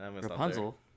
Rapunzel